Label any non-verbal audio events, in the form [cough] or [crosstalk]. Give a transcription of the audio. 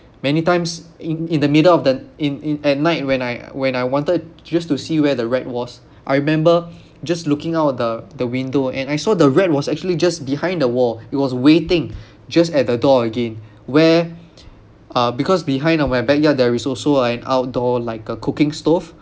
many times in in the middle of the in in at night when I when I wanted just to see where the rat was I remember just looking out of the the window and I saw the rat was actually just behind the wall it was waiting just at the door again where [noise] uh because behind of my backyard there is also an outdoor like a cooking stove